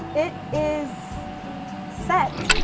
it is set,